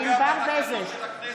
יש רק אחד שצועק במליאה